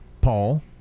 paul